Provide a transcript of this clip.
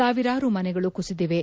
ಸಾವಿರಾರು ಮನೆಗಳು ಕುಸಿದಿವೆ